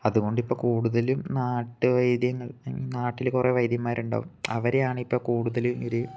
അതുകൊണ്ട് ഇപ്പം കൂടുതലും നാട്ടു വൈദ്യങ്ങൾ ഐ മീൻ നാട്ടിൽ കുറെ വൈദ്യന്മാർ ഉണ്ടാകും അവരെ ആണിപ്പം കൂടുതലും ഇവർ